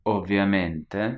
Ovviamente